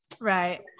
Right